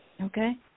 Okay